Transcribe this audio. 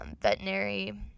veterinary